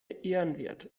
ehrenwert